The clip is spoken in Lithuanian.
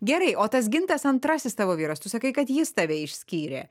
gerai o tas gintas antrasis tavo vyras tu sakai kad jis tave išskyrė